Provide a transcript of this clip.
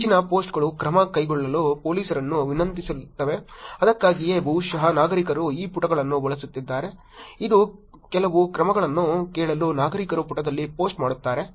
ಹೆಚ್ಚಿನ ಪೋಸ್ಟ್ಗಳು ಕ್ರಮ ಕೈಗೊಳ್ಳಲು ಪೊಲೀಸರನ್ನು ವಿನಂತಿಸುತ್ತವೆ ಅದಕ್ಕಾಗಿಯೇ ಬಹುಶಃ ನಾಗರಿಕರು ಈ ಪುಟಗಳನ್ನು ಬಳಸುತ್ತಿದ್ದಾರೆ ಇದು ಕೆಲವು ಕ್ರಮಗಳನ್ನು ಕೇಳಲು ನಾಗರಿಕರು ಪುಟದಲ್ಲಿ ಪೋಸ್ಟ್ ಮಾಡುತ್ತಾರೆ